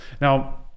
Now